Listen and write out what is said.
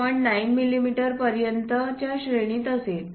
9 मिमी पर्यंत च्या श्रेणीमध्ये असेल